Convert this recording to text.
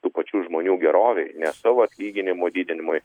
tų pačių žmonių gerovei ne savo atlyginimų didinimui